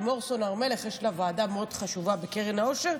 ללימור סון הר מלך יש ועדה מאוד חשובה בקרן העושר,